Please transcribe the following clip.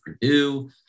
purdue